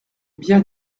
bien